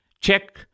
Check